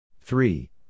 three